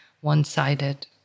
One-sided